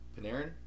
Panarin